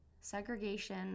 segregation